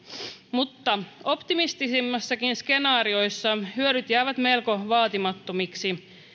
mutta optimistisimmissakin skenaarioissa hyödyt jäävät melko vaatimattomiksi